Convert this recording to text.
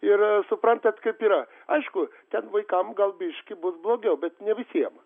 ir suprantat kaip yra aišku ten vaikam gal biškį bus blogiau bet ne visiem